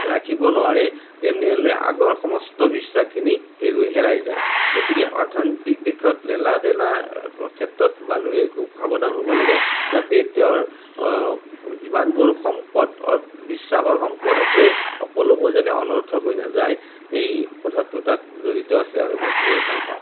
ৰাখিব নোৱাৰে তেনেহ'লে আগৰ সমষ্ট বিশ্বাসখিনি হেৰাই যায় গতিকে অৰ্থনৈতিক দিশত লেনা দেনাৰ ক্ষেত্ৰত মানুহে খুব সাৱধান হ'ব লাগে যাতে তেওঁৰ যিমানবোৰ সম্পদ বিশ্বাসৰ সম্পদ আছে সকলোবোৰ যেনে অনৰ্থক হৈ নাযায় এই কথাটো তাত জড়িত আছে আৰু মই খুবেই ভাল পাওঁ